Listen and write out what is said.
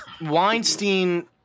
Weinstein